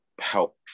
help